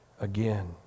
again